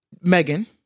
Megan